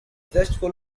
zestful